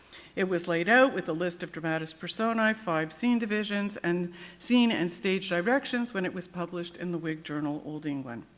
it was laid out with a list of dramatis personae, five scene divisions and scene and stage directions when it was published in the whig journal old england.